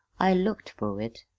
i looked fer it,